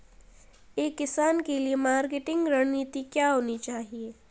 एक किसान के लिए मार्केटिंग रणनीति क्या होनी चाहिए?